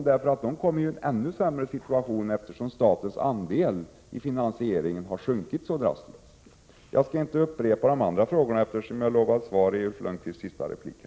De kommer ju i en ännu sämre situation, eftersom statens andel i finansieringen har minskat så drastiskt. Jag skall inte upprepa mina andra frågor, eftersom Ulf Lönnqvist har lovat att svara på dem i sitt sista inlägg.